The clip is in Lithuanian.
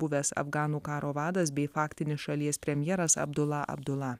buvęs afganų karo vadas bei faktinis šalies premjeras abdula abdula